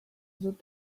dut